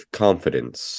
confidence